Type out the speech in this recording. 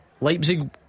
Leipzig